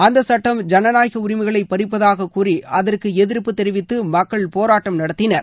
அந்த சுட்டம் ஜனநாயக உரிமைகளை பறிப்பதாக கூறி அதற்கு எதிர்ப்பு தெரிவித்து மககள் போராட்டம் நடத்தினர்